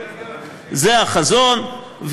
זה החזון,